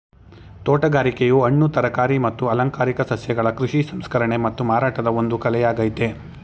ತೋಟಗಾರಿಕೆಯು ಹಣ್ಣು ತರಕಾರಿ ಮತ್ತು ಅಲಂಕಾರಿಕ ಸಸ್ಯಗಳ ಕೃಷಿ ಸಂಸ್ಕರಣೆ ಮತ್ತು ಮಾರಾಟದ ಒಂದು ಕಲೆಯಾಗಯ್ತೆ